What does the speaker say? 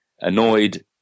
annoyed